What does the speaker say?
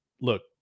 look